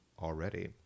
already